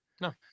No